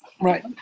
right